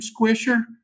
squisher